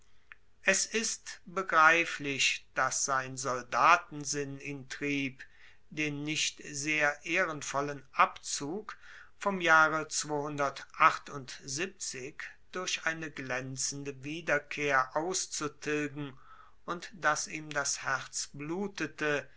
es ist begreiflich dass sein soldatensinn ihn trieb den nicht sehr ehrenvollen abzug vom jahre durch eine glaenzende wiederkehr auszutilgen und dass ihm das herz blutete